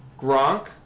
Gronk